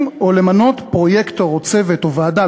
או למנות פרויקטור או צוות או ועדה,